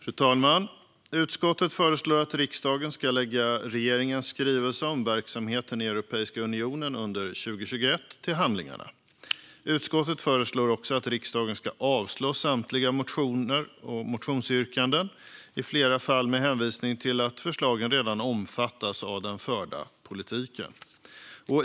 Fru talman! Utskottet föreslår att riksdagen lägger regeringens skrivelse om verksamheten i Europeiska unionen under 2021 till handlingarna. Utskottet föreslår också att riksdagen avslår samtliga motioner och motionsyrkanden, i flera fall med hänvisning till att förslagen redan omfattas av den förda politiken.